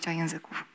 języków